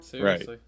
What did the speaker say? right